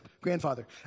Grandfather